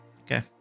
okay